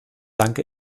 danke